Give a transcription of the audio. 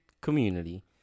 community